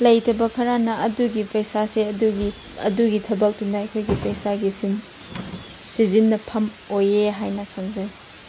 ꯂꯩꯇꯕ ꯈꯔꯅ ꯑꯗꯨꯒꯤ ꯄꯩꯁꯥꯁꯦ ꯑꯗꯨꯒꯤ ꯑꯗꯨꯒꯤ ꯊꯕꯛꯇꯨꯅ ꯑꯩꯈꯣꯏꯒꯤ ꯄꯩꯁꯥꯒꯤ ꯁꯤꯟ ꯁꯤꯖꯤꯟꯅꯐꯝ ꯑꯣꯏꯌꯦ ꯍꯥꯏꯅ ꯈꯟꯖꯩ